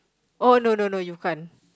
oh no no no you can't